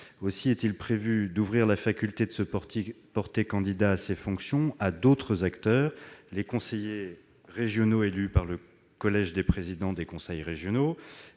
Aussi est-il prévu d'ouvrir la faculté de se porter candidat à ces fonctions à d'autres acteurs : les conseillers régionaux élus par le collège des présidents des conseils régionaux,